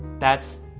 that's,